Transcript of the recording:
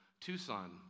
Tucson